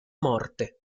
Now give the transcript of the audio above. morte